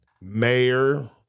mayor